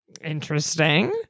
Interesting